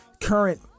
current